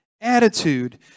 attitude